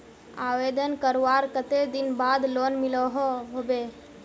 आवेदन करवार कते दिन बाद लोन मिलोहो होबे?